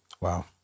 Wow